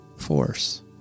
force